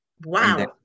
Wow